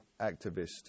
Activist